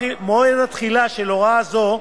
מועד התחילה של הוראה זו,